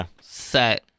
set